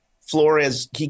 Flores